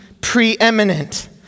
preeminent